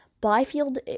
Byfield